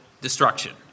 destruction